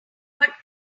but